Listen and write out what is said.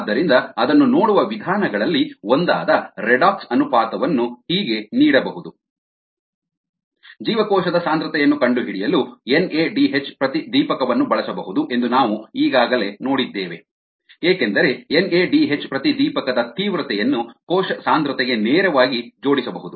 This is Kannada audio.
ಆದ್ದರಿಂದ ಅದನ್ನು ನೋಡುವ ವಿಧಾನಗಳಲ್ಲಿ ಒಂದಾದ ರೆಡಾಕ್ಸ್ ಅನುಪಾತವನ್ನು ಹೀಗೆ ನೀಡಬಹುದು redoxratioNADHNADNADH or NADHFAD ಜೀವಕೋಶದ ಸಾಂದ್ರತೆಯನ್ನು ಕಂಡುಹಿಡಿಯಲು ಎನ್ಎಡಿಎಚ್ ಪ್ರತಿದೀಪಕವನ್ನು ಬಳಸಬಹುದು ಎಂದು ನಾವು ಈಗಾಗಲೇ ನೋಡಿದ್ದೇವೆ ಏಕೆಂದರೆ ಎನ್ಎಡಿಎಚ್ ಪ್ರತಿದೀಪಕದ ತೀವ್ರತೆಯನ್ನು ಕೋಶ ಸಾಂದ್ರತೆಗೆ ನೇರವಾಗಿ ಜೋಡಿಸಬಹುದು